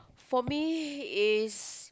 for me is